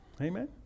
Amen